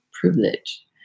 privilege